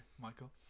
Michael